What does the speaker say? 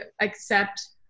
accept